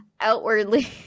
outwardly